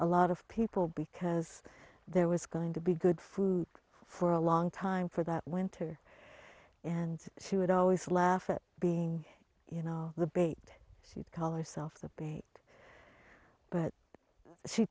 a lot of people because there was going to be good food for a long time for that winter and she would always laugh at being you know the bait she called herself the bait but she